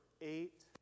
eight